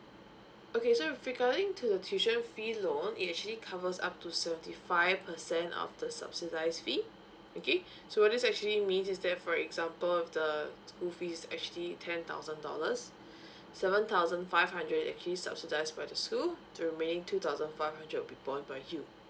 okay so with regarding to the tuition fee loan it actually covers up to seventy five percent of the subsidised fee okay so what this actually means is that for example if the school fees is actually ten thousand dollars seven thousand five hundred is actually subsidised by the school remaining two thousand five hundred will be borne by you